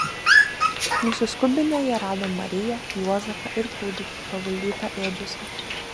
nusiskubinę jie rado mariją juozapą ir kūdikį paguldytą ėdžiose